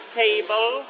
table